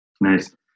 Nice